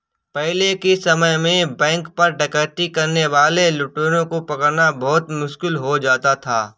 पहले के समय में बैंक पर डकैती करने वाले लुटेरों को पकड़ना बहुत मुश्किल हो जाता था